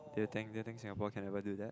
do you think do you think Singapore can ever do that